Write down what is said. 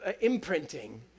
imprinting